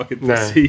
No